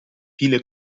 pile